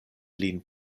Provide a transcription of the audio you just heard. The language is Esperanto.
lin